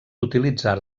utilitzar